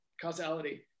causality